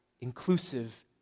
inclusive